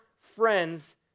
friends